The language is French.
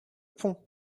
pont